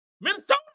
Minnesota